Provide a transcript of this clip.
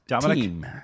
Team